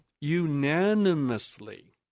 unanimously